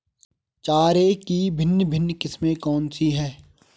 चारे की भिन्न भिन्न किस्में कौन सी हैं?